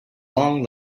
long